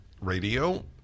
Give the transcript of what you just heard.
radio